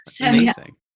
Amazing